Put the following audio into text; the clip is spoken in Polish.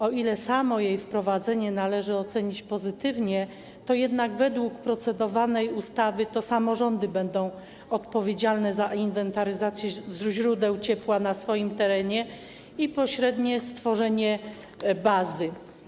O ile samo jej wprowadzenie należy ocenić pozytywnie, to jednak według procedowanej ustawy to samorządy będą odpowiedzialne za inwentaryzację źródeł ciepła na swoim terenie i za pośrednie stworzenie bazy.